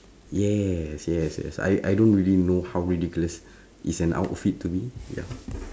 yes yes yes I I don't really know how ridiculous is an outfit to me ya